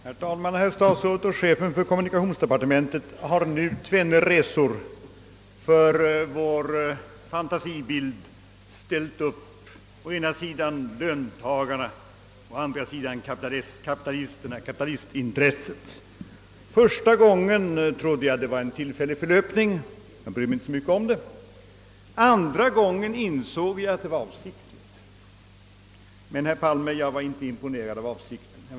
Herr talman! Statsrådet och chefen för kommunikationsdepartementet har nu tvenne resor för vår fantasi ställt upp å ena sidan löntagarna, å andra sidan kapitalistintresset, Första gången trodde jag att det var fråga om en tillfällig förlöpning och brydde mig inte så mycket om det. Andra gången insåg jag att det var avsiktligt. Men, herr Palme, jag var inte imponerad av avsikten.